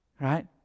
Right